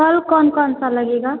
फल कौन कौन सा लगेगा